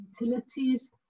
utilities